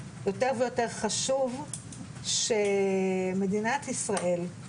יותר ויותר חשוב שמדינת ישראל,